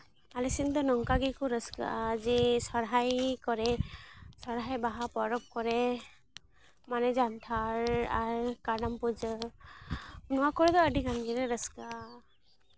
ᱟᱞᱮ ᱥᱮᱫ ᱫᱚ ᱱᱚᱝᱠᱟ ᱜᱮᱠᱚ ᱨᱟᱹᱥᱠᱟᱹᱜᱼᱟ ᱡᱮ ᱥᱚᱨᱦᱟᱭ ᱠᱚᱨᱮᱜ ᱥᱚᱨᱦᱟᱭ ᱵᱟᱦᱟ ᱯᱚᱨᱚᱵᱽ ᱠᱚᱨᱮ ᱢᱟᱱᱮ ᱡᱟᱱᱛᱷᱟᱲ ᱟᱨ ᱠᱟᱨᱟᱢ ᱯᱩᱡᱟᱹ ᱨᱮ ᱱᱚᱣᱟ ᱠᱚᱨᱮ ᱫᱚ ᱟᱹᱰᱤᱜᱟᱱ ᱜᱮᱞᱮ ᱨᱟᱹᱥᱠᱟᱹᱜᱼᱟ